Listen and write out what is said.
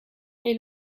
est